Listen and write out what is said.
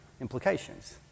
implications